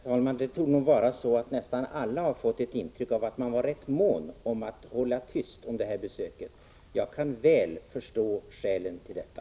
Herr talman! Det torde nog vara så, att nästan alla har fått ett intryck av att man var mån om att hålla tyst om det här besöket. Jag kan väl förstå skälen till detta.